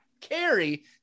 carry